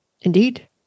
Indeed